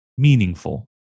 Meaningful